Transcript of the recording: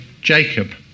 Jacob